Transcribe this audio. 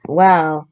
wow